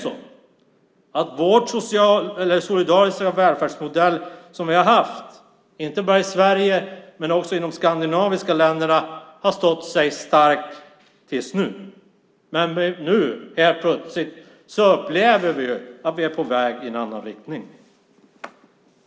Den solidariska välfärdsmodell som vi har haft, inte bara i Sverige utan också i de skandinaviska länderna, har stått sig stark tills nu. Men nu plötsligt upplever vi att vi är på väg i en annan riktning.